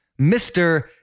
Mr